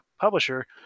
publisher